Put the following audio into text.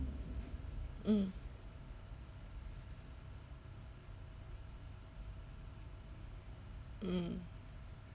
mm mm